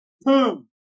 boom